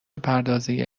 پردازشی